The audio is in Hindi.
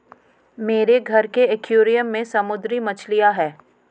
मेरे घर के एक्वैरियम में समुद्री मछलियां हैं